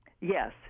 Yes